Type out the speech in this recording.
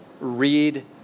read